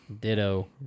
Ditto